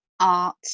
art